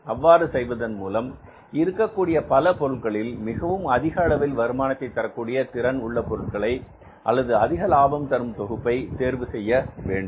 அவ்வாறு செய்வதன் மூலம் இருக்கக் கூடிய பல பொருள்களில் மிகவும் அதிக அளவில் வருமானத்தை தரக்கூடிய திறன் உள்ள பொருட்களை அல்லது அதிக லாபம் தரும் தொகுப்பை தேர்வு செய்ய வேண்டும்